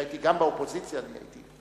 גם באופוזיציה אני הייתי,